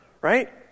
right